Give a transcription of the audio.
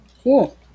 Cool